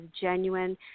genuine